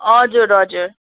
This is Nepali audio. हजुर हजुर